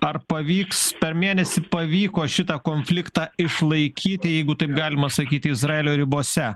ar pavyks per mėnesį pavyko šitą konfliktą išlaikyti jeigu taip galima sakyti izraelio ribose